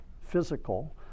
physical